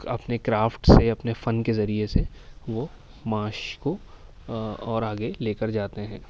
اپنے کرافٹ سے اپنے فن کے ذریعے سے وہ معاش کو اور آگے لے کر جاتے ہیں